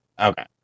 Okay